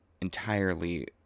entirely